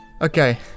Okay